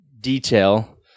detail